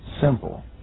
simple